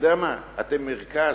אתם מרכז.